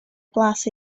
blas